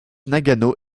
nagano